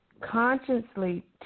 consciously